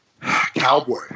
cowboy